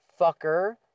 fucker